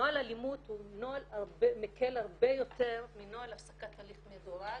נוהל אלימות הוא מקל הרבה יותר מנוהל הפסקת הליך מדורג